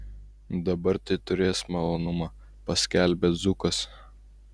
dabar tai turės malonumą paskelbė zukas